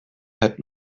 had